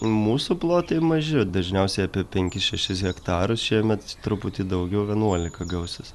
mūsų plotai maži dažniausiai apie penkis šešis hektarus šiemet truputį daugiau vienuolika gausis